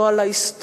לא על ההיסטוריה,